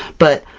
but,